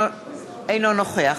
אינו נוכח